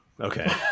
Okay